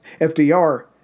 FDR